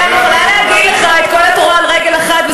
אני יכולה להגיד לך את כל התורה על רגל אחת,